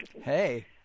Hey